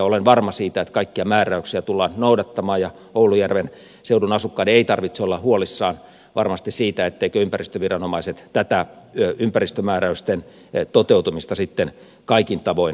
olen varma siitä että kaikkia määräyksiä tullaan noudattamaan ja oulujärven seudun asukkaiden ei varmasti tarvitse olla huolissaan siitä etteivätkö ympäristöviranomaiset tätä ympäristömääräysten toteutumista sitten kaikin tavoin seuraisi